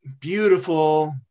beautiful